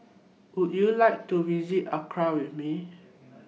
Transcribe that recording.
Would YOU like to visit Accra with Me